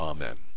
Amen